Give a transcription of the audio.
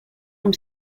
amb